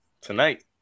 Tonight